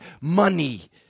money